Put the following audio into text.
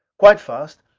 quite fast.